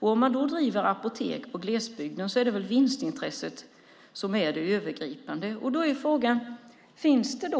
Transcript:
Också när man driver apotek i glesbygden är väl vinstintresset det övergripande målet. Då är frågan: Finns det